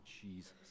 Jesus